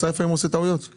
אתה